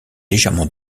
légèrement